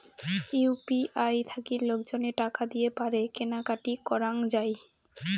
UPI থাকি লোকজনে টাকা দিয়ে পারে কেনা কাটি করাঙ যাই